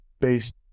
based